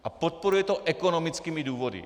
A podporuje to ekonomickými důvody.